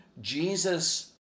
Jesus